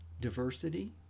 diversity